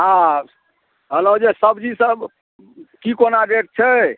हाँ कहलहुँ जे सब्जीसब कि कोना रेट छै